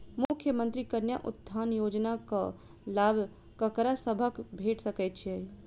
मुख्यमंत्री कन्या उत्थान योजना कऽ लाभ ककरा सभक भेट सकय छई?